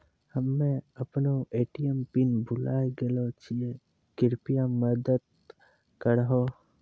हम्मे अपनो ATM pin भुलाय गेलो छियै, कृपया मदत करहो